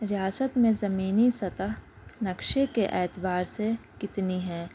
ریاست میں زمینی سطح نقشے کے اعتبار سے کتنی ہے